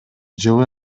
жылы